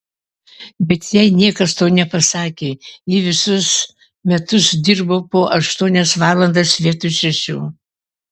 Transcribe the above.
bet jai niekas to nepasakė ji visus metus dirbo po aštuonias valandas vietoj šešių